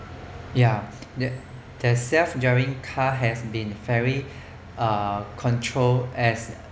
ya the the self driving car have been very uh controlled as